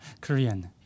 Korean